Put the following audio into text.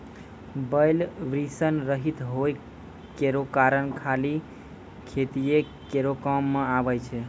बैल वृषण रहित होय केरो कारण खाली खेतीये केरो काम मे आबै छै